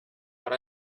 but